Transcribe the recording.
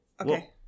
okay